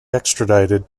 extradited